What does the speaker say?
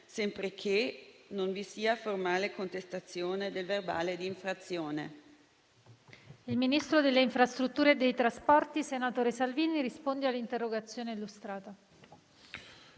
sempre che non vi sia formale contestazione del verbale di infrazione.